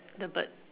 the bird